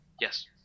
Yes